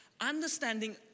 understanding